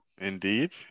Indeed